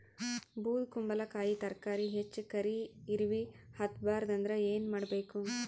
ಬೊದಕುಂಬಲಕಾಯಿ ತರಕಾರಿ ಹೆಚ್ಚ ಕರಿ ಇರವಿಹತ ಬಾರದು ಅಂದರ ಏನ ಮಾಡಬೇಕು?